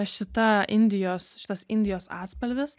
šita indijos šitas indijos atspalvis